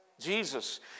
Jesus